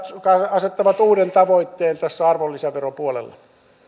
asettaa uuden tavoitteen arvonlisäveropuolella